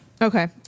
okay